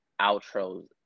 outros